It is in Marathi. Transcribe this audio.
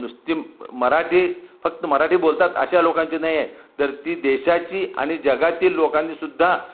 नुसती मराठी फक्त मराठी बोलतात अशा लोकांची नाही आहे तर ती देशाची आणि जगातील लोकांनीसुद्धा